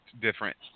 different